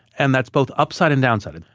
and that's both upside and downside.